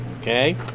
Okay